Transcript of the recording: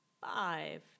five